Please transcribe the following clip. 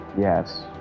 yes